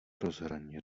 rozhraní